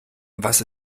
was